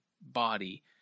body